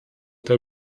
der